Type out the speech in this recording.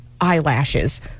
eyelashes